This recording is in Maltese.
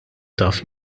taf